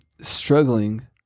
struggling